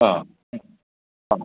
ആ ആ